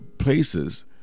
Places